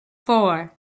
four